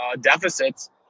deficits